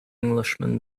englishman